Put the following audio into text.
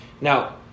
Now